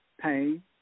pain